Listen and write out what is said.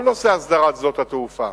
כל נושא הסדרת שדות התעופה,